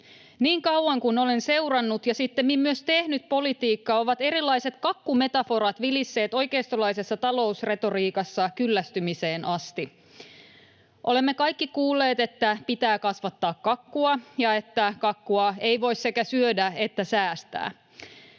Niin kauan, kun olen seurannut ja sittemmin myös tehnyt politiikkaa, ovat erilaiset kakkumetaforat vilisseet oikeistolaisessa talousretoriikassa kyllästymiseen asti. Olemme kaikki kuulleet, että pitää kasvattaa kakkua ja että kakkua ei voi sekä syödä että säästää.